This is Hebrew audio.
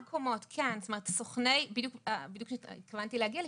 בהרבה מקומות, כן ובדיוק התכוונתי להגיע לשם.